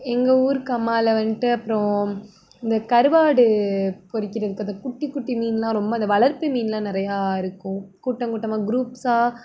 எங்கள் ஊர் கம்மாவில வந்துட்டு அப்புறம் இந்த கருவாடு பொரிக்கிறது அந்த குட்டி குட்டி மீன்லாம் ரொம்ப அந்த வளர்ப்பு மீன்லாம் நிறையா இருக்கும் கூட்டம் கூட்டமாக க்ரூப்ஸ்ஸாக